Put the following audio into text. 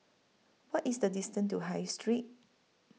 What IS The distance to High Street